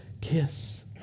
kiss